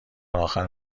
آخر